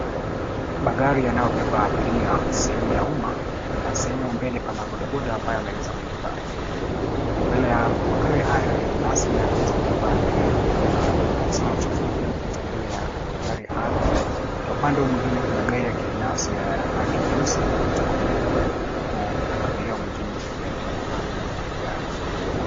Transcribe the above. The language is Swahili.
Magari yanayobeba abiria sehemu ya umma na sehemu ya mbele pana bodaboda ambaye ameweza kubeba abiria. Mbele ya magari hayo ya basi ya kuweza kubeba abiria, kuna afisa wa trafiki anapita mbele ya magari hayo na upande mwingine kuna gari ya kibinafasi ya rangi nyeusi inapita kwa mbele huku abiria wengine wakijaribu kupanda gari.